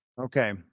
Okay